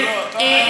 ביטן,